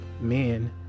men